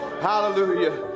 Hallelujah